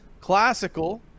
classical